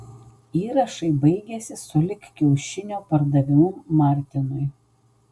įrašai baigiasi sulig kiaušinio pardavimu martinui